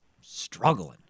struggling